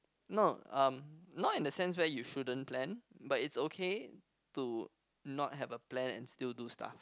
no um not in the sense where you shouldn't plan but it's okay to not have a plan and still do stuff